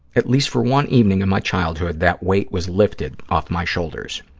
at least for one evening in my childhood that weight was lifted off my shoulders.